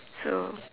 so